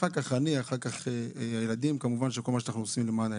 אחר כך אני ואחר כך הילדים וכמובן כל מה שאנחנו עושים למען הילדים.